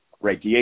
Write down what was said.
right